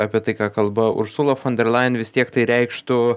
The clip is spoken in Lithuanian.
apie tai ką kalba ursula fonderlein vis tiek tai reikštų